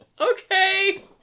Okay